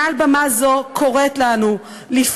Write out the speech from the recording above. מעל במה זו אני קוראת לנו לפעול,